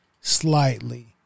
Slightly